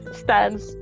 stands